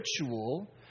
ritual